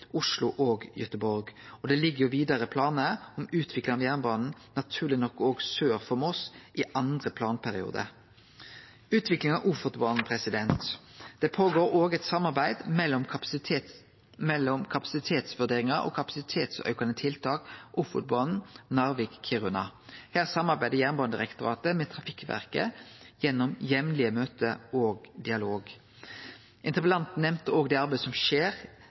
Oslo og Göteborg. Og det ligg naturleg nok vidare planar om å utvikle jernbanen òg sør for Moss i andre planperiode. Utviklinga av Ofotbanen: Det går òg føre seg eit samarbeid mellom kapasitetsvurderingar og kapasitetsaukande tiltak på Ofotbanen Narvik–Kiruna. Her samarbeider Jernbanedirektoratet med Trafikverket gjennom jamlege møte og dialog. Interpellanten nemnde òg det arbeidet som skjer